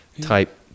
type